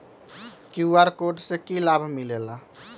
QR code से कि कि लाव मिलेला?